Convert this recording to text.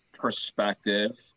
perspective